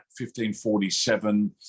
1547